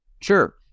Sure